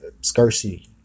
scarcity